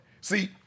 See